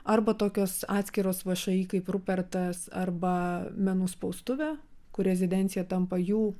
arba tokios atskiros vši kaip rupertas arba menų spaustuvė kur rezidencija tampa jų